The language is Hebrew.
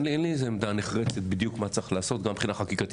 אין לי עמדה נחרצת בדיוק מה צריך לעשות גם מבחינה חקיקתית.